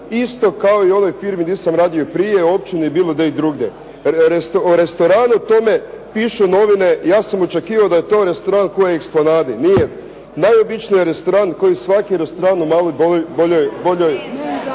isto kao i u onoj firmi gdje sam radio prije, općini bilo gdje i drugdje. O restoranu tome pišu novine. Ja sam očekivao da je to restoran kao u Esplanadi. Nije. Najobičniji restoran, kao svaki restoran kao u malo boljoj